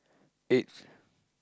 eighth